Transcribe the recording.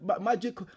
magic